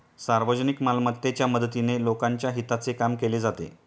सार्वजनिक मालमत्तेच्या मदतीने लोकांच्या हिताचे काम केले जाते